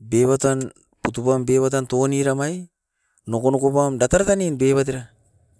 Bebaton putu pam bebatan touni ramae, nokonoko pam dakaraka nin bebat era.